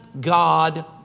God